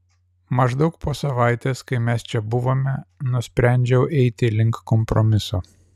maždaug po savaitės kai mes čia buvome nusprendžiau eiti link kompromiso